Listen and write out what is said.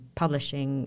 publishing